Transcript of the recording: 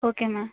ఒకేనా